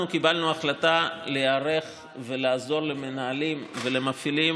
אנחנו קיבלנו החלטה להיערך ולעזור למנהלים ולמפעילים